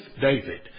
David